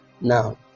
now